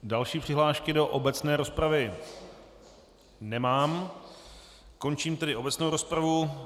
Další přihlášky do obecné rozpravy nemám, končím tedy obecnou rozpravu.